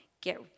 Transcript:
get